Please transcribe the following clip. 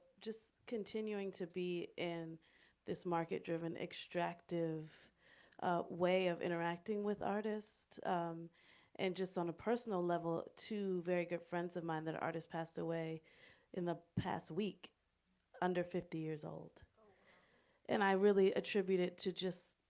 just continuing to be in this market-driven, extractive way of interacting with artists and just on a personal level, two very good friends of mine that are artists passed away in the past week under fifty years old and i really attribute it to just,